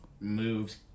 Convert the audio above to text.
moved